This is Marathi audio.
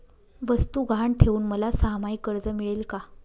वस्तू गहाण ठेवून मला सहामाही कर्ज मिळेल का?